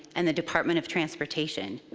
and the department of transportation,